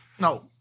No